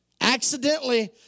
accidentally